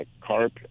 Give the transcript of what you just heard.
carp